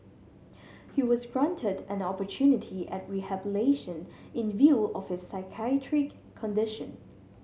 he was granted an opportunity at rehabilitation in view of his psychiatric condition